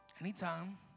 Anytime